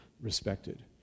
respected